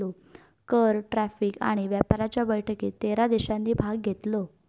कर, टॅरीफ आणि व्यापाराच्या बैठकीत तेरा देशांनी भाग घेतलो